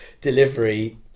delivery